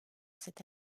cette